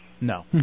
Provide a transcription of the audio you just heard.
No